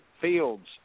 fields